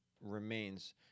remains